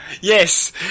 Yes